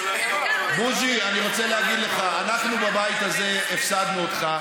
בוז'י, אנחנו בבית הזה הפסדנו אותך,